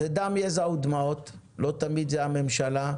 זה דם, יזע ודמעות, לא תמיד זה הממשלה,